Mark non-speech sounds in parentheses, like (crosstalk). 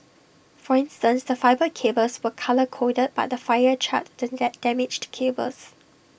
for instance the fibre cables were colour coded but the fire charred the (unintelligible) damaged cables